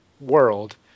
world